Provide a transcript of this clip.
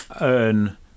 earn